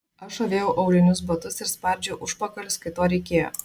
aš avėjau aulinius batus ir spardžiau užpakalius kai to reikėjo